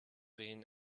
been